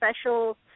special